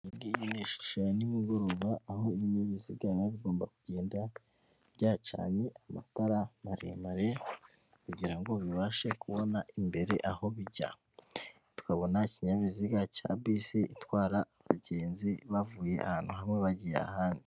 Iyi ngiyi ni ishusho ya nimugoroba, aho ibinyabiziga biba bigomba kugenda byacanye amatara maremare kugira ngo bibashe kubona imbere aho bijya. Tukabona ikinyabiziga cya bisi itwara abagenzi bavuye ahantu hamwe bagiye ahandi.